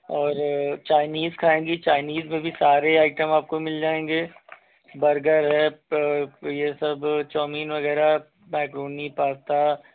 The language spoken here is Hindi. और चाइनीज खाएंगी चाइनीज में भी सारे आइटम आपको मिल जाएंगे बर्गर है ये सब चाऊमीन वगैरह मैकरोनी पास्ता